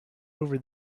over